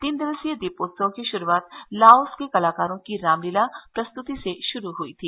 तीन दिवसीय दीपोत्सव की शुरूआत लाओस के कलाकारों की रामलीला प्रस्तुति से शुरू हुई थी